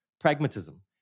Pragmatism